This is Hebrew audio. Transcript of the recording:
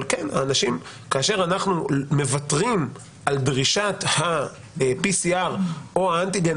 אבל כאשר אנחנו מוותרים על דרישת ה-PCR או האנטיגן